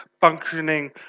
functioning